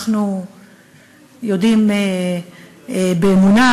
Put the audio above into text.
אנחנו יודעים באמונה,